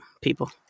people